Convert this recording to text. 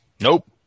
Nope